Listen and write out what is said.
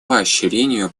поощрению